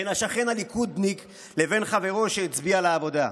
בין השכן הליכודניק לבין חברו שהצביע לעבודה.